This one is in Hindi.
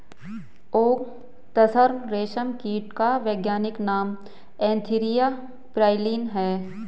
ओक तसर रेशम कीट का वैज्ञानिक नाम एन्थीरिया प्राइलीन है